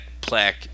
plaque